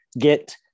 Get